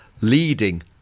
leading